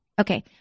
okay